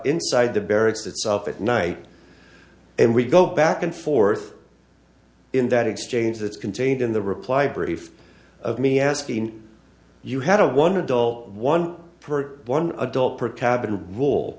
inside the barracks itself at night and we go back and forth in that exchange that's contained in the reply brief of me asking you had a one adult one per one adult per ca